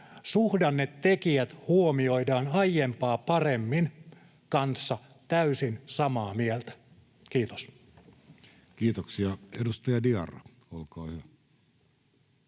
”suhdannetekijät huomioidaan aiempaa paremmin” kanssa täysin samaa mieltä. — Kiitos. Kiitoksia. — Edustaja Diarra, olkaa hyvä.